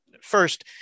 First